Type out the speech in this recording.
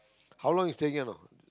how long you staying here for